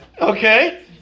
Okay